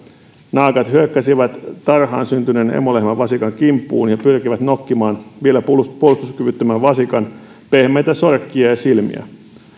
naakat hyökkäsivät tarhaan syntyneen emolehmän vasikan kimppuun ja pyrkivät nokkimaan vielä puolustuskyvyttömän vasikan pehmeitä sorkkia ja silmiä